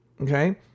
okay